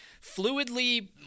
fluidly